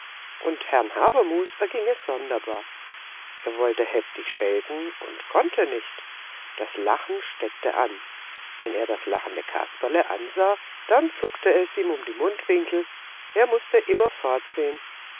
und herrn habermus erging es sonderbar er wollte heftig schelten und konnte nicht das lachen steckte an wenn er das lachende kasperle ansah dann zuckte es ihm um die mundwinkel er mußte immer